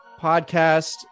podcast